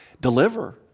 deliver